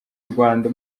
rwanda